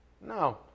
No